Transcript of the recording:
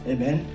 Amen